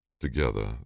Together